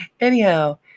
Anyhow